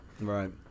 Right